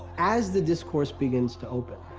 as the discourse begins to open,